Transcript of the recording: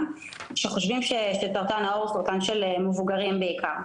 שחושבים שסרטן העור הוא סרטן של מבוגרים בעיקר,